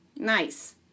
Nice